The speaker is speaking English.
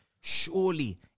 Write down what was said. surely